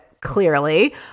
clearly